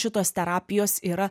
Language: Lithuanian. šitos terapijos yra